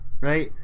right